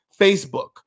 Facebook